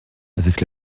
avec